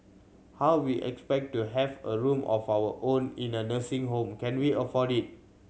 how we expect to have a room of our own in a nursing home can we afford it